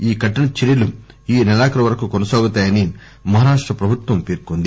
ఈ కరిన చర్యలు ఈ నెలాఖరు వరకు కొనసాగుతాయని మహారాష్ట ప్రభుత్వం పేర్కొంది